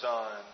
Son